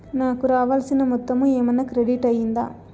నాకు రావాల్సిన మొత్తము ఏమన్నా క్రెడిట్ అయ్యిందా